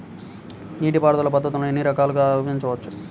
నీటిపారుదల పద్ధతులను ఎన్ని రకాలుగా విభజించవచ్చు?